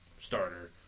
starter